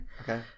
Okay